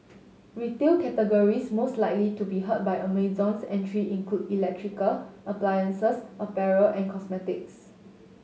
retail categories most likely to be hurt by Amazon's entry include electrical appliances apparel and cosmetics